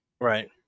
Right